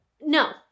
No